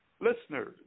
Listeners